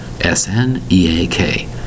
S-N-E-A-K